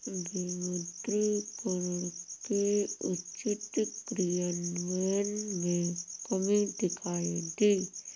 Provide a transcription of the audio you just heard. विमुद्रीकरण के उचित क्रियान्वयन में कमी दिखाई दी